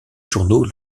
journaux